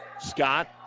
Scott